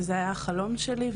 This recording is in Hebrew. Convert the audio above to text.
וזה היה החלום שלי,